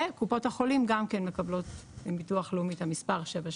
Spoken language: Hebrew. וקופות החולים גם כן מקבלות מביטוח לאומי את המספר 77,